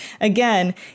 again